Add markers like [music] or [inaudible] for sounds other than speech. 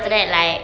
[noise]